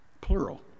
plural